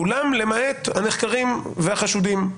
כולם, למעט הנחקרים והחשודים.